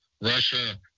Russia